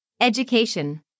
Education